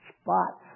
spots